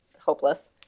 hopeless